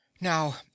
Now